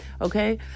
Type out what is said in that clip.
Okay